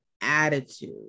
attitude